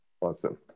awesome